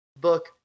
Book